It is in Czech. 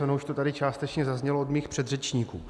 Ono už to tady částečně zaznělo od mých předřečníků.